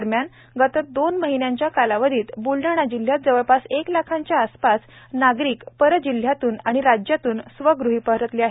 दरम्यान गत दोन महिन्याच्या कालावधीत ब्लडाणा जिल्ह्यात जवळपास एक लाखांच्या आसपास नागरिक परजिल्ह्यातून तथा राज्यातून स्वग़ही परतले आहेत